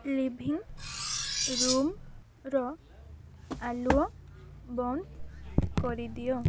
living ରୁମ୍ର ଆଲୁଅ ବନ୍ଦ କରିଦିଅ